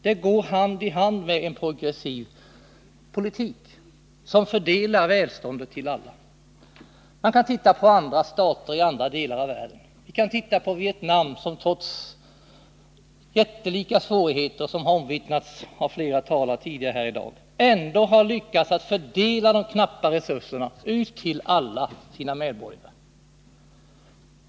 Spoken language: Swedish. Den går hand i hand med en progressiv politik, som fördelar välståndet till alla. Man kan titta på stater i andra delar av världen, t.ex. Vietnam, som trots jättelika svårigheter, som omvittnats av flera talare tidigare här i dag, ändå har lyckats att fördela de knappa resurserna till alla sina medborgare.